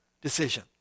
decision